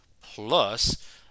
Plus